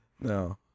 No